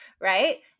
Right